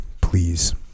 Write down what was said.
please